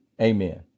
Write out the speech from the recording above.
Amen